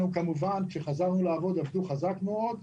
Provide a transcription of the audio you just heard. כאשר חזרנו לעבוד חלק מן המלונות שלנו עבדו חזק מאוד.